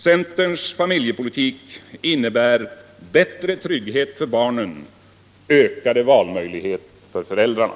Centerns familjepolitik innebär bättre trygghet för barnen och ökade valmöjligheter för föräldrarna.